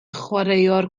chwaraewr